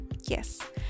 yes